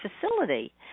facility